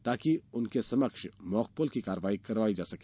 ताकि उनके समक्ष मॉक पोल की कार्यवाही कराई जा सके